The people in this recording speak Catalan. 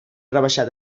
rebaixar